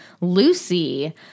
Lucy